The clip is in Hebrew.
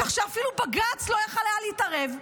כך שאפילו בג"ץ לא היה יכול להתערב,